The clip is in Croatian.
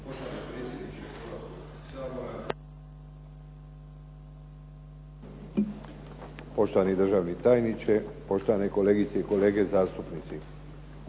poštovani državni tajniče, poštovani kolegice i kolege zastupnici.